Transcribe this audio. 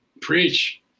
Preach